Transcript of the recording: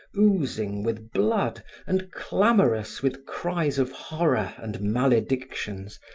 oozing with blood and clamorous with cries of horror and maledictions,